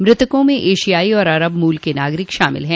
मृतकों में एशियाई और अरब मूल के नागरिक शामिल हैं